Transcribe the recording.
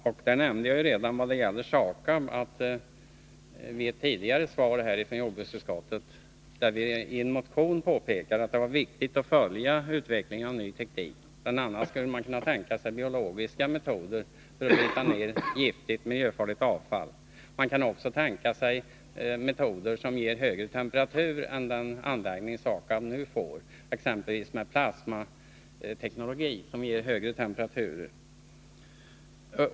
Som jag redan nämnt har vi tidigare i en motion påpekat att det när det gäller SAKAB är viktigt att följa utvecklingen av ny teknik. Bl. a. skulle man kunna tänka sig biologiska metoder för att bryta ned giftigt, miljöfarligt avfall. Man kan också tänka sig metoder — exempelvis plasmateknologi — som ger högre temperatur än den anläggning som SAKAB nu får.